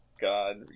God